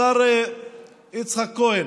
השר יצחק כהן,